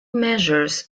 measures